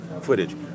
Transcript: footage